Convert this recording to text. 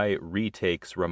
retakes